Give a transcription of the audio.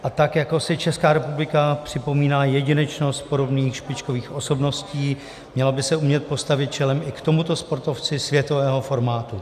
A tak jako si Česká republika připomíná jedinečnost podobných špičkových osobností, měla by se umět postavit čelem i k tomuto sportovci světového formátu.